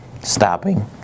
stopping